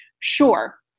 Sure